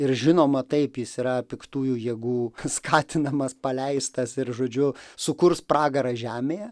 ir žinoma taip jis yra piktųjų jėgų skatinamas paleistas ir žodžiu sukurs pragarą žemėje